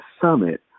summit